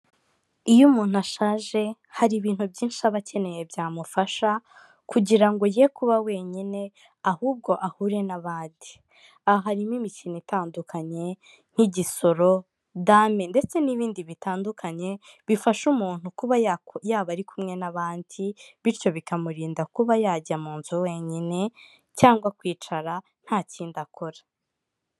Iyo umuntu ashaje, hari ibintu byinshi aba akeneye byamufasha kugira ngo ye kuba wenyine, ahubwo ahure n'abandi. Aha harimo imikino itandukanye nk'igisoro, dame ndetse n'ibindi bitandukanye, bifasha umuntu kuba yaba ari kumwe n'abandi, bityo bikamurinda kuba yajya mu nzu wenyine cyangwa kwicara nta kindi akora.